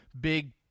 big